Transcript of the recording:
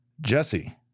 Jesse